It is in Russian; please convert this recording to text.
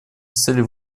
целей